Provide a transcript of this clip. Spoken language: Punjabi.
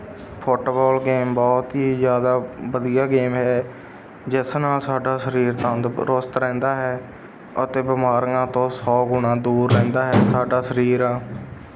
ਫੁੱਟਬੋਲ ਗੇਮ ਬਹੁਤ ਹੀ ਜ਼ਿਆਦਾ ਵਧੀਆ ਗੇਮ ਹੈ ਜਿਸ ਨਾਲ ਸਾਡਾ ਸਰੀਰ ਤੰਦਰੁਸਤ ਰਹਿੰਦਾ ਹੈ ਅਤੇ ਬਿਮਾਰੀਆਂ ਤੋਂ ਸੌ ਗੁਣਾ ਦੂਰ ਰਹਿੰਦਾ ਹੈ ਸਾਡਾ ਸਰੀਰ